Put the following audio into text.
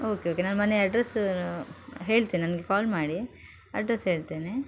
okay okay ನಮ್ಮನೆ address ಹೇಳ್ತೆ ನನಗೆ ಕಾಲ್ ಮಾಡಿ ಅಡ್ರಸ್ ಹೇಳ್ತೇನೆ